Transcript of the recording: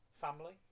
family